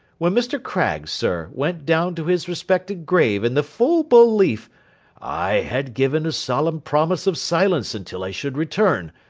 when mr. craggs, sir, went down to his respected grave in the full belief i had given a solemn promise of silence until i should return,